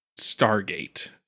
Stargate